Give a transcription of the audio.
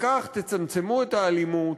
כך תצמצמו את האלימות,